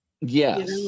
Yes